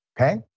okay